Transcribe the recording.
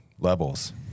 levels